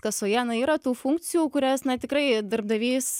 kasoje na yra tų funkcijų kurias tikrai darbdavys